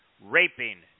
raping